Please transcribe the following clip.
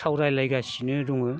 सावराय लायगासिनो दङ